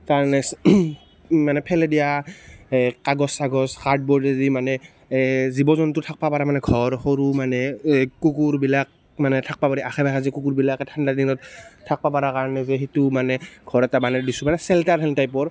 তাৰ নেক্সট মানে পেলাই দিয়া হেই কাগজ চাগজ কাৰ্ডবৰ্ডেদি মানে এ জীৱ জন্তু থাকিব পৰা মানে ঘৰ সৰু মানে এ কুকুৰবিলাক মানে থাকিব পাৰে আশে পাশে যে কুকুৰবিলাক ঠাণ্ডা দিনত থাকিব পৰাৰ কাৰণে যে সেইটো মানে ঘৰ এটা বনাই লৈছোঁ মানে চেল্টাৰ হেন টাইপৰ